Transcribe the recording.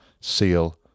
Seal